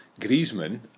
Griezmann